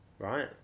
Right